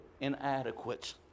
inadequate